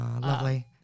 Lovely